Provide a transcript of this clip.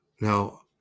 Now